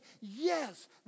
yes